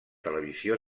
televisió